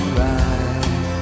right